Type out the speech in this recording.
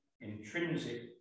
intrinsic